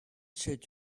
should